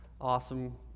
awesome